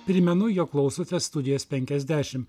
primenu jog klausote studijos penkiasdešimt